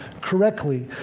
correctly